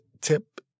tip